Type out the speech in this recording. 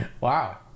Wow